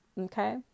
Okay